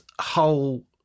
whole